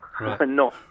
No